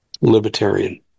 libertarian